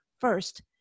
First